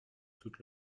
toute